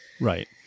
Right